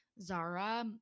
Zara